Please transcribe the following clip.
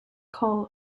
call